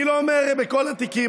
אני לא אומר שכל התיקים,